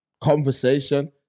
conversation